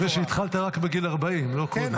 אני מקווה שהתחלת רק בגיל 40, לא קודם.